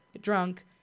drunk